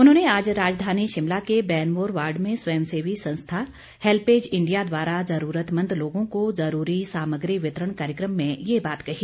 उन्होंने आज राजधानी शिमला के बैनमोर वार्ड में स्वयंसेवी संस्था हैल्पेज इंडिया द्वारा ज़रूरतमंद लोगों को जरूरी सामग्री वितरण कार्यक्रम में ये बात कही